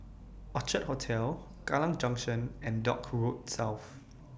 Orchard Hotel Kallang Junction and Dock Road South